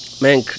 man